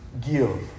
Give